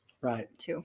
Right